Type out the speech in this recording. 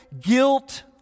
guilt